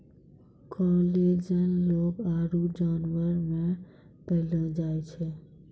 collagen लोग आरु जानवर मे पैलो जाय छै